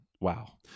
Wow